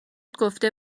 گفته